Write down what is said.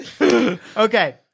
okay